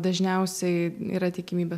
dažniausiai yra tikimybė